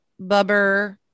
bubber